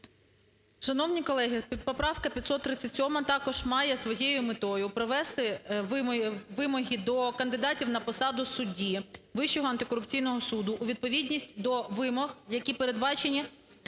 Шановні колеги, поправка 537 також має своєю метою привести вимоги до кандидатів на посаду судді Вищого антикорупційного суду у відповідність до вимог, які передбачені